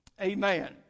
Amen